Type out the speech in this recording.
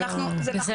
בסדר.